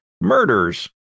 murders